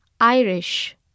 Irish